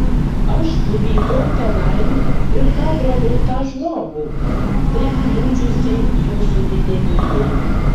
aš nuvykau tenai ir pagrobiau tą žmogų taip kliudžiusį jūsų didenybei